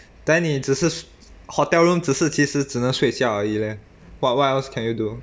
then 你只是 hotel room 只是只是只能睡觉而已 leh what what else can you do